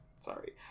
sorry